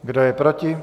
Kdo je proti?